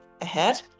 ahead